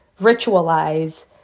ritualize